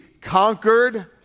conquered